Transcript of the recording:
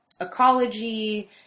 ecology